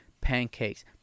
pancakes